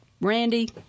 Randy